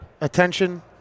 attention